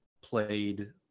played